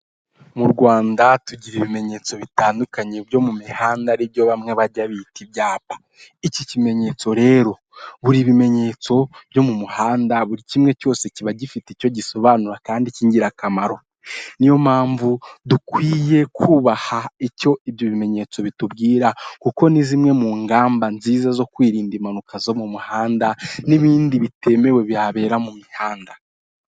Mu Rwanda tugira ibimenyetso bitandukanye byo mu muhanda aribyo bamwe bajya bita ibyapa .Iki kimenyetso rero buri bimenyetso byo mu muhanda buri kimwe cyose kiba gifite icyo gisobanura kandi cy'ingirakamaro. Niyo mpamvu dukwiye kubaha icyo ibyo bimenyetso bitubwira kuko ni zimwe mu ngamba nziza zo kwirinda impanuka zo mu muhanda n'ibindi bitemewe bihabera mu mihanda.